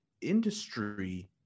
industry